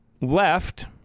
left